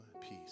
peace